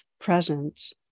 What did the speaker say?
presence